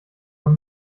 man